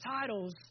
titles